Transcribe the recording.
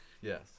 Yes